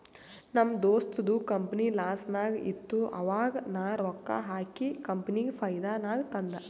ನಮ್ ದೋಸ್ತದು ಕಂಪನಿ ಲಾಸ್ನಾಗ್ ಇತ್ತು ಆವಾಗ ನಾ ರೊಕ್ಕಾ ಹಾಕಿ ಕಂಪನಿಗ ಫೈದಾ ನಾಗ್ ತಂದ್